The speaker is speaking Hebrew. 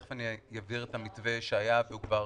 תכף אני אסביר את המתווה שהיה, שהוא כבר